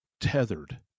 tethered